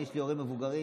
לי יש הורים מבוגרים